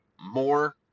more